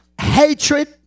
Hatred